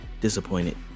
disappointed